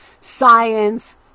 science